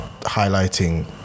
highlighting